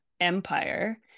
empire